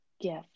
gift